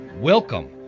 Welcome